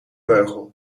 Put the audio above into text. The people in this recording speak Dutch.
beugel